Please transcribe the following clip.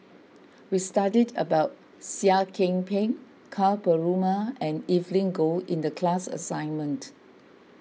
we studied about Seah Kian Peng Ka Perumal and Evelyn Goh in the class assignment